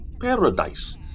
Paradise